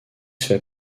fait